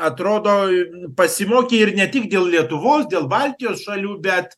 atrodo pasimokė ir ne tik dėl lietuvos dėl baltijos šalių bet